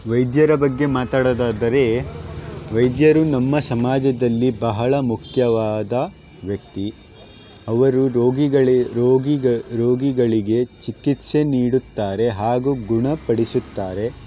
ವೈದ್ಯರ ಬಗ್ಗೆ ಮಾತಾಡೋದಾದರೆ ವೈದ್ಯರು ನಮ್ಮ ಸಮಾಜದಲ್ಲಿ ಬಹಳ ಮುಖ್ಯವಾದ ವ್ಯಕ್ತಿ ಅವರು ರೋಗಿಗಳಿ ರೋಗಿಗ ರೋಗಿಗಳಿಗೆ ಚಿಕಿತ್ಸೆ ನೀಡುತ್ತಾರೆ ಹಾಗೂ ಗುಣಪಡಿಸುತ್ತಾರೆ